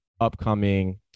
upcoming